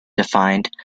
defined